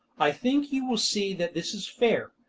i think you will see that this is fair,